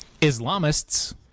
Islamists